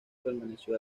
permaneció